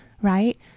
Right